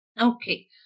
Okay